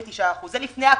89%. זה לפני הקורונה.